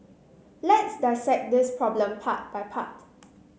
let's dissect this problem part by part